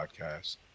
podcast